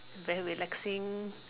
very relaxing